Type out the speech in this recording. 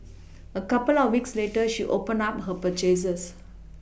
a couple of weeks later she opened up her purchases